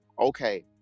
okay